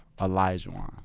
Elijah